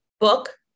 book